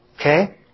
Okay